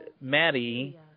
Maddie